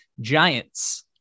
Giants